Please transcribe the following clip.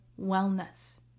wellness